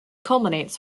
culminates